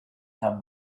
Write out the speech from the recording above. have